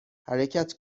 حرکت